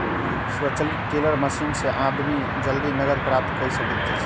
स्वचालित teller machine से आदमी जल्दी नकद प्राप्त कय सकैत अछि